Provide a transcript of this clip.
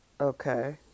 okay